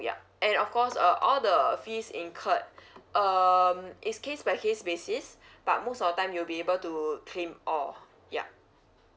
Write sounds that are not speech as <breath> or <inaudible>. yup and of course uh all the fees incurred <breath> um it's case by case basis <breath> but most of time you'll be able to claim all yup